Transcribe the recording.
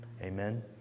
Amen